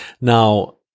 Now